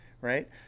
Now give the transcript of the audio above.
right